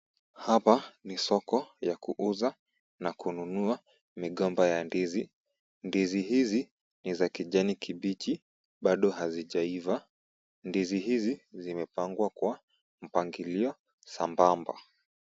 Hapa ni soko ya kuuza na kununua migomba ya ndizi. Ndizi hizi ni za kijani kibichi bado hazijaiva. Ndizi hizi zimepangwa kwa mpangilio sambamba.